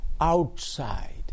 outside